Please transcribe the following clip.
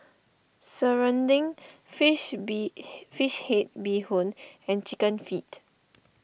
Serunding Fish Bee Fish Head Bee Hoon and Chicken Feet